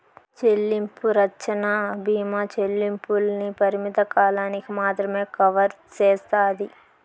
చెల్లింపు రచ్చన బీమా చెల్లింపుల్ని పరిమిత కాలానికి మాత్రమే కవర్ సేస్తాది